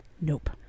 Nope